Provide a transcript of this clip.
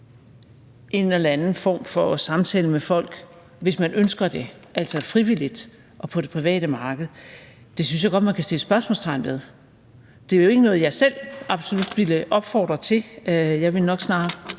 en eller anden form for samtale med folk, hvis man ønsker det, altså frivilligt og på det private marked – synes jeg godt, man kan sætte spørgsmålstegn ved. Det er jo ikke noget, jeg selv absolut ville opfordre til. Jeg ville nok snarere